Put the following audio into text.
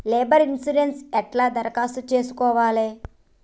Labour insurance ఎట్ల దరఖాస్తు చేసుకోవాలే?